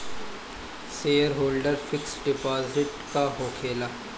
Shareholder fix deposit का होखे ला?